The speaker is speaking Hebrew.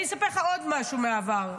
אני אספר לך עוד משהו מהעבר,